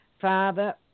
Father